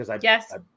Yes